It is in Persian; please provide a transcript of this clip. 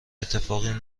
اتفاقی